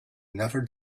never